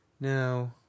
Now